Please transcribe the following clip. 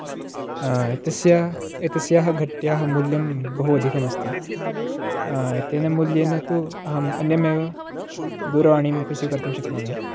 एतस्य एतस्याः घट्याः मूल्यं बहु अधिकमस्ति तेन मूल्येन तु अहम् अन्यमेव दूरवाणीमपि स्वीकर्तुं शक्नोमि